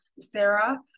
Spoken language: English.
Sarah